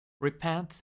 Repent